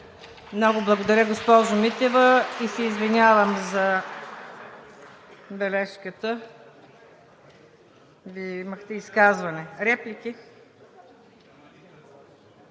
Много благодаря, госпожо Митева. Извинявам се за бележката, Вие имахте изказване. Реплики?